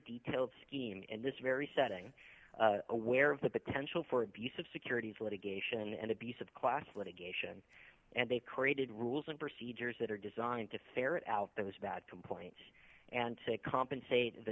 detailed scheme in this very setting aware of the potential for abuse of securities litigation and abuse of class litigation and they've created rules and procedures that are designed to ferret out those bad complaints and to compensate the